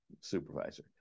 supervisor